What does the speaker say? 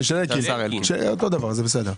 זה אותו דבר, בסדר.